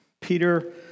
Peter